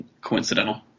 coincidental